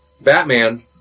Batman